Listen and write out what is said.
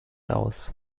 aus